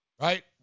right